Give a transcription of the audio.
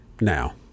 now